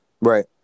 Right